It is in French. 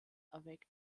avec